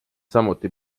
samuti